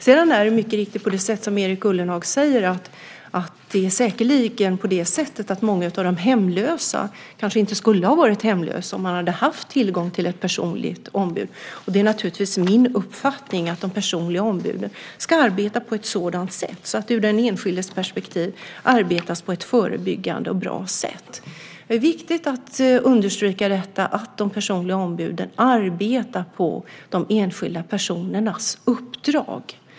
Sedan är det säkerligen på det sätt som Erik Ullenhag säger att många av de hemlösa kanske inte skulle ha varit hemlösa om de hade haft tillgång till ett personligt ombud. Det är naturligtvis min uppfattning att de personliga ombuden ska arbeta på ett sådant sätt att det ur den enskildes perspektiv arbetas på ett förebyggande och bra sätt. Det är viktigt att understryka att de personliga ombuden arbetar på de enskilda personernas uppdrag.